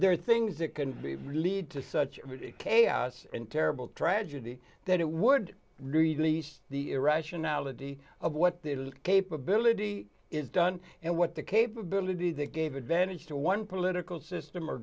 there are things that can be lead to such chaos and terrible tragedy that it would resist the irrationality of what the capability is done and what the capability that gave advantage to one political system or